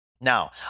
Now